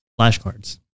flashcards